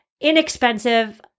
inexpensive-